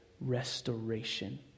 restoration